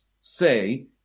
say